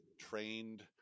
trained